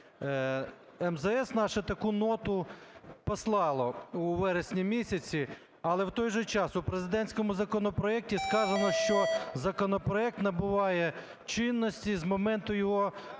МЗС наше таку ноту послало у вересні місяці, але у той же час у президентському законопроекті сказано, що законопроект набуває чинності з моменту його підписання.